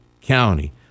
county